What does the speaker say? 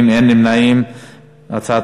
הצעת